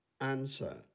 Answer